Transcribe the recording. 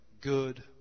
good